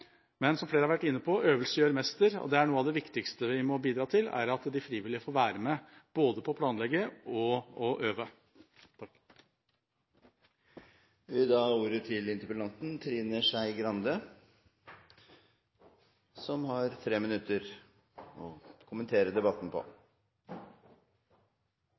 Men, som flere har vært inne på, øvelse gjør mester, og noe av det viktigste vi må bidra til, er at de frivillige får være med på både å planlegge og å øve. Først vil